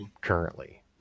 currently